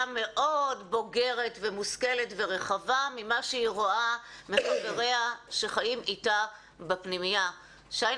מאוד בוגרת ומושכלת ורחבה ממה שהיא רואה --- שחיים איתה בפנימייה.